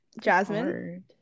Jasmine